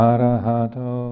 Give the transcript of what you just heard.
Arahato